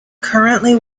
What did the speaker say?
currently